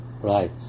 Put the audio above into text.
right